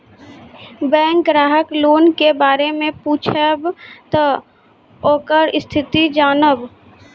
Bank ग्राहक loan के बारे मैं पुछेब ते ओकर स्थिति जॉनब?